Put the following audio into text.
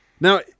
Now